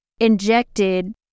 injected